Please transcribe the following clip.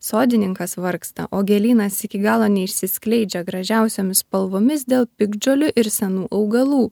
sodininkas vargsta o gėlynas iki galo neišsiskleidžia gražiausiomis spalvomis dėl piktžolių ir senų augalų